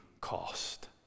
cost